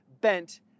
bent